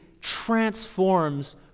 transforms